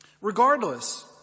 Regardless